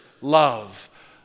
love